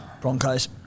Broncos